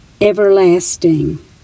everlasting